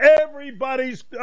everybody's